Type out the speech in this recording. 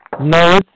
No